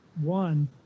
one